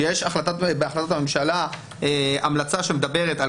שיש בהחלטות הממשלה המלצה שמדברת על